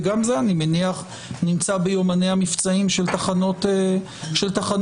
וגם זה אני מניח נמצא ביומני המבצעים של תחנות המחוז,